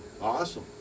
Awesome